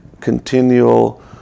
continual